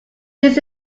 this